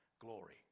glory